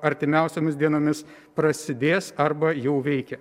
artimiausiomis dienomis prasidės arba jau veikia